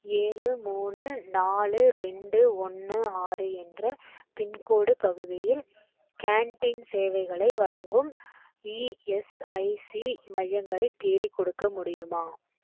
ஏழு மூணு நாலு ரெண்டு ஒன்று ஆறு என்ற பின்கோடு பகுதியில் கேண்டீன் சேவைகளை வழங்கும் இஎஸ்ஐசி மையங்களை தேடிக்கொடுக்க முடியுமா